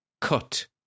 cut